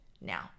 now